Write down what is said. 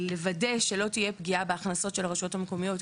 ולוודא שלא תהיה פגיעה בהכנסות של הרשויות המקוימות,